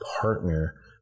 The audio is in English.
partner